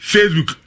Facebook